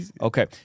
Okay